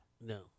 No